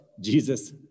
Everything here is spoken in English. Jesus